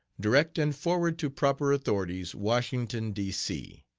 direct and forward to proper authorities, washington, d. c.